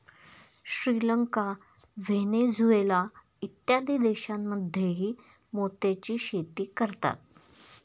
Sri Lanka, Venezuela इत्यादी देशांमध्येही मोत्याची शेती करतात